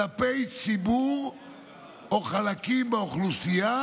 כלפי ציבור או חלקים באוכלוסייה,